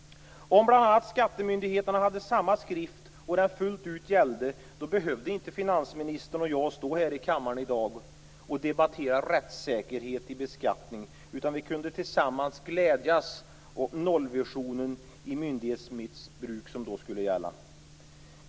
Om bl.a. skattemyndigheterna hade samma skrift, och den fullt ut gällde, så behövde inte finansministern och jag stå här i kammaren i dag och debattera rättssäkerhet i beskattning, utan vi kunde tillsammans glädjas åt den nollvision i myndighetsmissbruk som då skulle gälla.